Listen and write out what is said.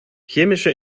chemische